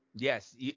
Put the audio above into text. Yes